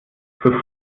für